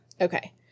okay